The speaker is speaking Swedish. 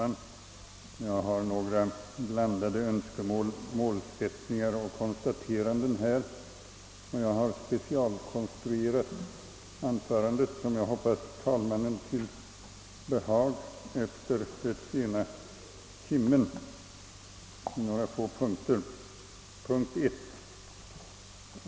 Herr talman! Jag har några blandade önskemål, målsättningar och konstateranden, och jag har specialkonstruerat anförandet — som jag hoppas talmannen till välbehag på grund av den sena timmen — i några få punkter. 1.